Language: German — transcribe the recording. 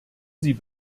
sie